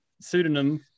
pseudonym